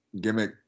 gimmick